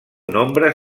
nombre